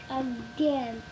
again